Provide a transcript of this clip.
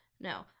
No